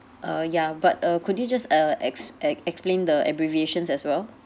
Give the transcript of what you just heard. uh ya but uh could you just uh ex~ e~ explain the abbreviations as well